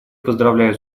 поздравляю